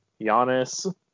Giannis